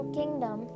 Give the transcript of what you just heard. kingdom